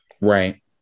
Right